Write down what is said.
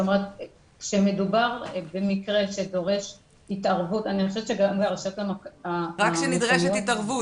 כשמדובר במקרה שדורש התערבות --- רק כשנדרשת התערבות.